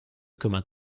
kümmert